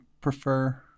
prefer